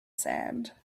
sand